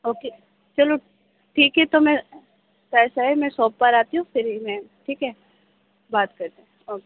okay چلو ٹھیک ہے تو میں ایسا ہے میں شاپ پر آتی ہوں پھر ہی میں ٹھیک ہے بات کرتے ہیں اوکے